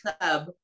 club